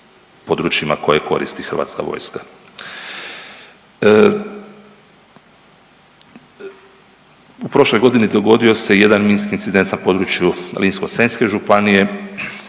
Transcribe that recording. područjima koje koristi HV. U prošloj godini dogodio se jedan minski incident na području Ličko-senjske županije